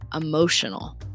emotional